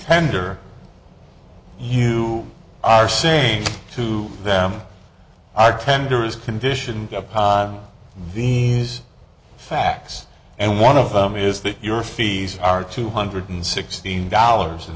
tender you are saying to them i tender is conditioned to these facts and one of them is that your fees are two hundred and sixteen dollars in